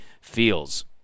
feels